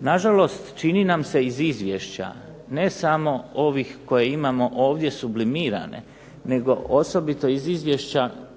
Nažalost, čini nam se iz izvješća ne samo ovih koje imamo ovdje sublimirane nego osobito iz izvješća